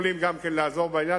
יכולות גם לעזור בעניין,